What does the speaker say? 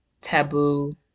taboo